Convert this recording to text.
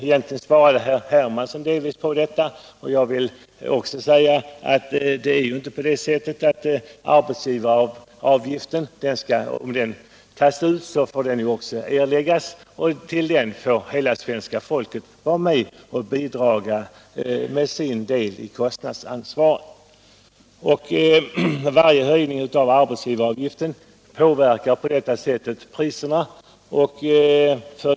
Egentligen svarade herr Hermansson delvis på den frågan, men jag vill också säga att hur arbetsgivaravgiften än tas ut måste den erläggas, och till den avgiften får hela svenska folket vara med och bidraga med sin del av kostnadsansvaret. Varje höjning av arbetsgivaravgiften påverkar på det sättet priserna.